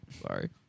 sorry